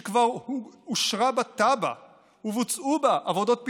שכבר אושרה בתב"ע ובוצעו בה עבודות פיתוח,